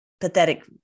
pathetic